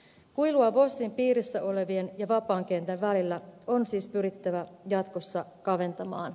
kuilua vosn piirissä olevien ja vapaan kentän välillä on siis pyrittävä jatkossa kaventamaan